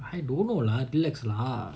I don't know lah relax lah